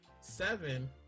seven